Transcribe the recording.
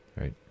Right